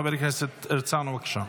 חבר הכנסת הרצנו, בבקשה.